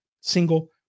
single